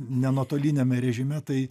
ne nuotoliniame režime tai